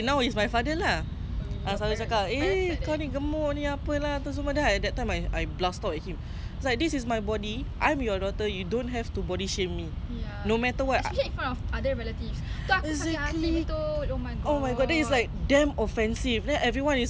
no matter what exactly oh my god that is like damn offensive then everyone is like oh my god malunya then err that time I blast out at him lah like this is my body as my father you cannot just body shame me in front of others like